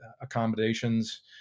accommodations